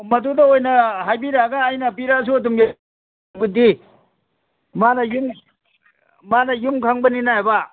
ꯃꯗꯨꯗ ꯑꯣꯏꯅ ꯍꯥꯏꯕꯤꯔꯛꯑꯒ ꯑꯩꯅ ꯄꯤꯔꯛꯑꯁꯨ ꯑꯗꯨꯝ ꯃꯥꯅ ꯌꯨꯝ ꯃꯥꯅ ꯌꯨꯝ ꯈꯪꯕꯅꯤꯅꯕ